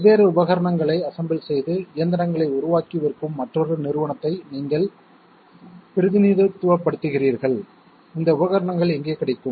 வெவ்வேறு உபகரணங்களை அசெம்பிள் செய்து இயந்திரங்களை உருவாக்கி விற்கும் மற்றொரு நிறுவனத்தை நீங்கள் பிரதிநிதித்துவப்படுத்துகிறீர்கள் இந்த உபகரணங்கள் எங்கே கிடைக்கும்